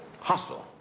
hostile